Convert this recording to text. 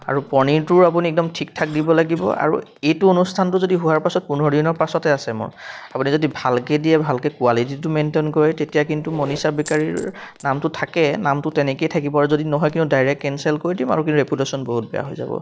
আৰু পনীৰটোৰ আপুনি একদম ঠিক ঠাক দিব লাগিব আৰু এইটো অনুষ্ঠানটো যদি হোৱাৰ পাছত পোন্ধৰ দিনৰ পাছতে আছে মোৰ আপুনি যদি ভালকৈ দিয়ে ভালকৈ কোৱালিটিটো মেইনটেইন কৰে তেতিয়া কিন্তু মনীষা বেকাৰীৰ নামটো থাকে নামটো তেনেকৈয়ে থাকিব আৰু যদি নহয় কিন্তু ডাইৰেক্ট কেঞ্চেল কৰি দিম আৰু কিন্তু ৰেপুটেশ্যন বহুত বেয়া হৈ যাব